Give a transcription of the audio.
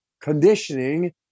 conditioning